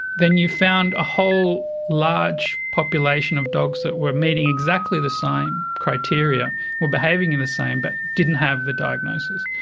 then you found a whole large population of dogs that were meeting exactly the same criteria or behaving in the same way but didn't have the diagnosis.